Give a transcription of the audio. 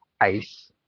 ice